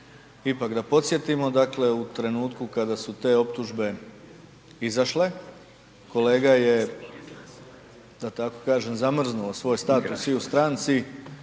ipak da podsjetimo, dale u trenutku kada su te optužbe izašle, kolega je da tako kažem zamrznuo svoj status i u stranci